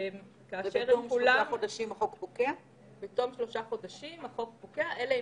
החוק ממשיך וקובע מה